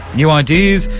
new ideas,